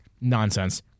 nonsense